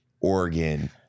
Oregon